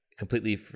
Completely